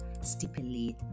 stipulate